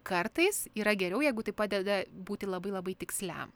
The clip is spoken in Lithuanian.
kartais yra geriau jeigu tai padeda būti labai labai tiksliam